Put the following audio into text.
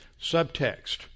Subtext